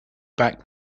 back